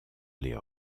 les